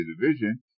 division